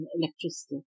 electricity